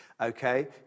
okay